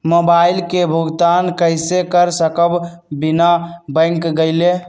Mobile के भुगतान कईसे कर सकब बिना बैंक गईले?